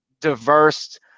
diverse